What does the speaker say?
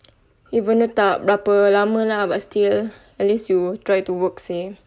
even though tak berapa lama lah but still at least you try to work seh